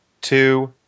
two